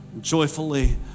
joyfully